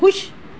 ਖੁਸ਼